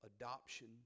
adoption